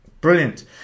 Brilliant